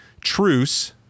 truce